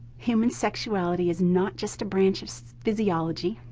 human sexuality is not just a branch of so physiology.